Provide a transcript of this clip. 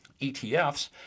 ETFs